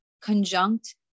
conjunct